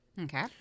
Okay